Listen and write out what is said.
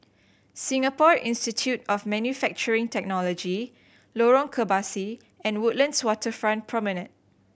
Singapore Institute of Manufacturing Technology Lorong Kebasi and Woodlands Waterfront Promenade